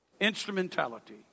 instrumentality